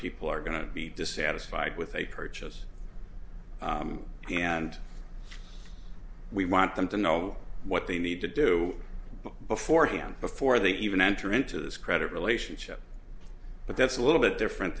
people are going to be dissatisfied with a purchase and we want them to know what they need to do beforehand before they even enter into this credit relationship but that's a little bit different